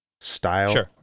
style